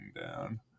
down